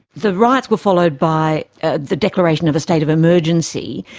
the riots were followed by ah the declaration of a state of emergency.